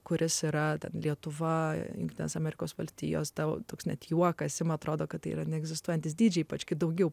kuris yra ta lietuva jungtinės amerikos valstijos tau toks net juokas ima atrodo kad tai yra neegzistuojantis dydžiai ypač kai daugiau